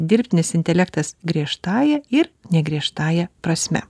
dirbtinis intelektas griežtąja ir negriežtąja prasme